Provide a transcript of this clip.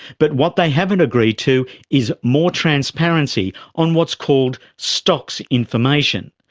but what they haven't agreed to is more transparency on what's called stocks information.